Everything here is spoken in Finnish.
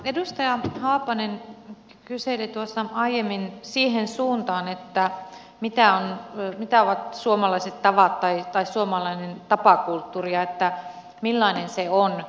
edustaja haapanen kyseli tuossa aiemmin siihen suuntaan mitä ovat suomalaiset tavat tai suomalainen tapakulttuuri ja millainen se on